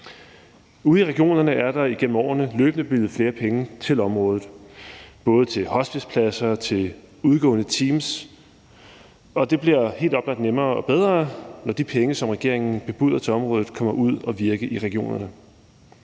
Ude i regionerne er der igennem årene løbende bevilget flere penge til området, bådetil hospicepladser og udgående teams, og det bliver helt oplagt nemmere og bedre, når de penge, som regeringen bebuder til området, kommer ud at virkei regionerne.